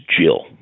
Jill